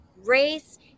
race